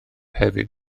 hefyd